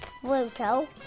Pluto